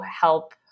help